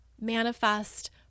manifest